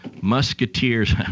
musketeers